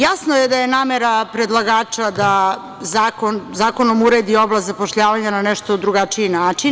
Jasno je da je namera predlagača da zakonom uredi oblast zapošljavanja na nešto drugačiji način.